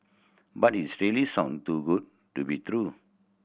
but its sound too good to be true